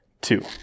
two